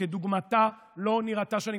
שכדוגמתה לא נראתה שנים,